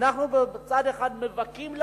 אנחנו מצד אחד מבכים,